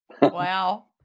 Wow